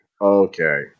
Okay